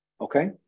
okay